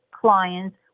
clients